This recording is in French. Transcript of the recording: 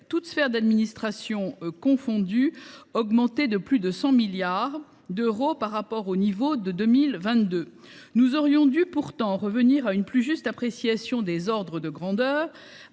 toutes sphères d’administration confondues, augmenter de plus de 100 milliards d’euros par rapport au niveau de 2022. Nous aurions pourtant dû revenir à une plus juste appréciation des « ordres de grandeur